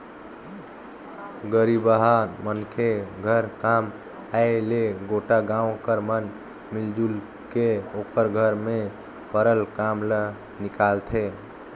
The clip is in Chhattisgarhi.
गरीबहा मनखे घर काम आय ले गोटा गाँव कर मन मिलजुल के ओकर घर में परल काम ल निकालथें